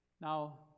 Now